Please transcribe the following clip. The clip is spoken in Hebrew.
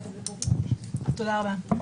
תודה רבה.